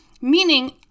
Meaning